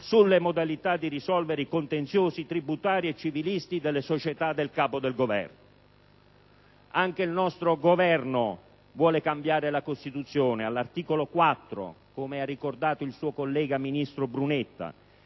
sulle modalità di risolvere i contenziosi tributari e civilisti delle società del Capo del Governo. Anche il nostro Governo vuole cambiare la Costituzione, all'articolo 4, come ha ricordato il suo collega ministro Brunetta,